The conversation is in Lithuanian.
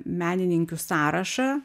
menininkių sąrašą